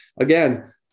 again